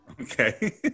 Okay